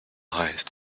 highest